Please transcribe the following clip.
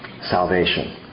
Salvation